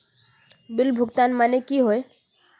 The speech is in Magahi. बिल भुगतान माने की होय?